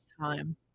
time